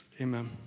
Amen